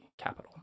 capital